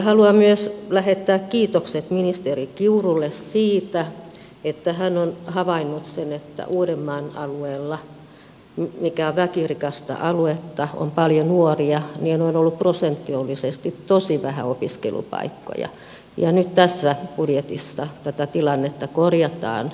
haluan myös lähettää kiitokset ministeri kiurulle siitä että hän on havainnut sen että uudenmaan alueella mikä on väkirikasta aluetta ja missä on paljon nuoria on ollut prosentuaalisesti tosi vähän opiskelupaikkoja ja nyt tässä budjetissa tätä tilannetta korjataan